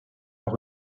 auch